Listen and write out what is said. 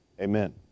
Amen